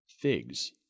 figs